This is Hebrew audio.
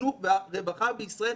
החינוך והרווחה בישראל?